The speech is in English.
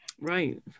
Right